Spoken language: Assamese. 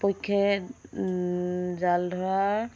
পক্ষে জাল ধৰাৰ